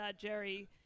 Jerry